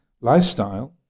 lifestyle